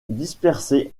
dispersés